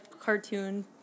cartoon